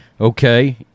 Okay